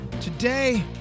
today